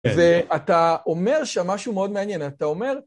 ואתה אומר שם משהו מאוד מעניין, אתה אומר...